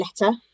letter